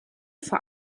vor